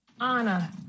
Anna